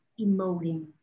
emoting